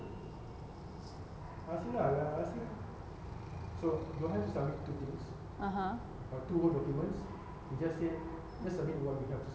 (uh huh)